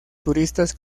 turistas